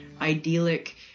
idyllic